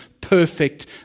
perfect